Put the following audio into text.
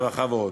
רווחה ועוד.